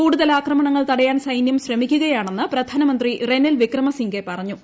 കൂടുതൽ ആക്രമണങ്ങൾ തടയാൻ സൈന്യം ശ്രമിക്കുകയാണെന്ന് പ്രധാനമന്ത്രി റെനിൽ വിക്രമസിംഗെ പറഞ്ഞു